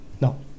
No